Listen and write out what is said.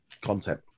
content